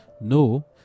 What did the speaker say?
No